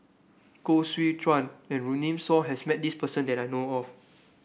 Koh Seow Chuan and Runme Shaw has met this person that I know of